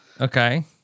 Okay